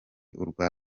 urwa